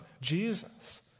Jesus